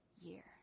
year